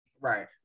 Right